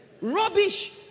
rubbish